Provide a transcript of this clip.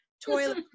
toilet